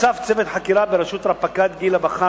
חשף צוות חקירה בראשות רב-פקד גילה בכר